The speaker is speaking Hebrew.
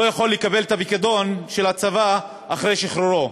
יכול לקבל את הפיקדון של הצבא אחרי שחרורו.